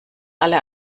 alle